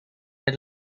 het